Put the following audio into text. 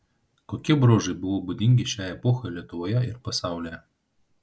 kokie bruožai buvo būdingi šiai epochai lietuvoje ir pasaulyje